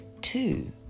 two